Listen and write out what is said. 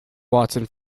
watson